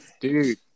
dude